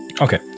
Okay